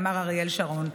אמר אריאל שרון,